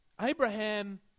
abraham